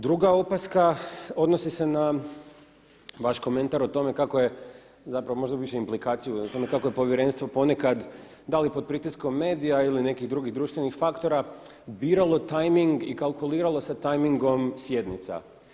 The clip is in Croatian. Druga opaska odnosni se na vaš komentar o tome kako je zapravo više implikaciju o tome kako je povjerenstvo ponekad dali pod pritiskom medija ili nekih drugih društvenih faktora biralo tajming i kalkuliralo sa tajmingom sjednica.